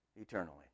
eternally